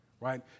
Right